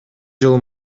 жыл